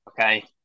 Okay